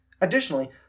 Additionally